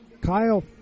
Kyle